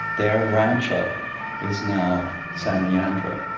their rancho is now san leandro,